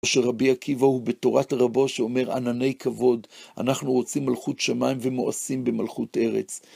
שרבי עקיבא הוא בתורת הרבו, שאומר, ענני כבוד, אנחנו רוצים מלכות שמיים ומואסים במלכות ארץ.